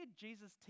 Jesus